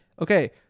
Okay